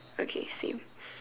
okay same